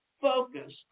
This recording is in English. focus